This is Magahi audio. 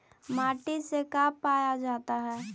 माटी से का पाया जाता है?